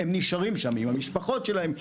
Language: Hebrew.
הם נשארים שם עם המשפחות שלהם,